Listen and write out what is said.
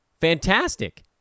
fantastic